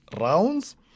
rounds